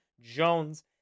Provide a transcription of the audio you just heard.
Jones